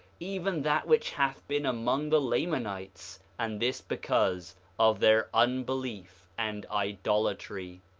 even that which hath been among the lamanites, and this because of their unbelief and idolatry.